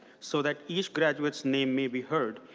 so that each graduate's name may be heard,